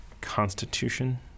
constitution